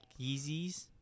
Yeezys